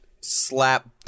slap